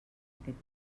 aquest